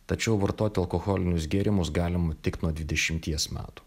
tačiau vartoti alkoholinius gėrimus galima tik nuo dvidešimties metų